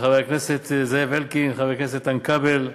לחבר הכנסת זאב אלקין ולחבר הכנסת איתן כבל,